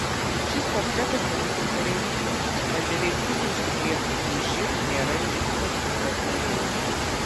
šis portretas neatitinka realybės mat beveik pusė užsikrėtusiųjų živ nėra rizikos grupės nariai